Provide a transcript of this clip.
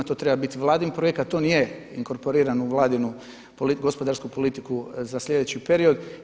To treba biti Vladin projekat, to nije inkorporirano u Vladinu gospodarsku politiku za sljedeći period.